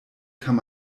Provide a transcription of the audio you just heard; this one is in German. kann